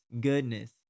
goodness